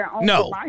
no